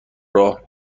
راه